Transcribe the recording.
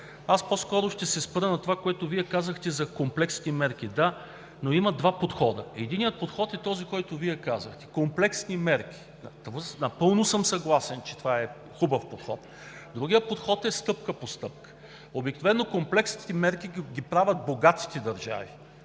Аз по-скоро ще се спра на това, което Вие казахте за комплексните мерки. Да, но има два подхода. Единият подход е този, който Вие казахте – комплексни мерки. Напълно съм съгласен, че това е хубав подход. Другият подход е стъпка по стъпка. Обикновено комплексните мерки ги правят богатите държави,